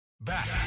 Back